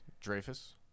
Dreyfus